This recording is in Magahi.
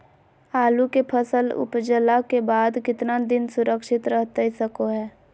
आलू के फसल उपजला के बाद कितना दिन सुरक्षित रहतई सको हय?